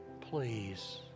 please